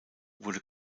wurde